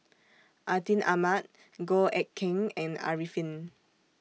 Atin Amat Goh Eck Kheng and Arifin